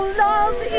love